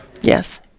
Yes